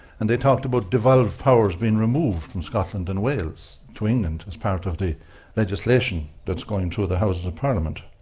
and they talked about developed powers being removed from scotland and wales between them and as part of the legislation that's going through the houses of parliament.